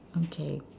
okay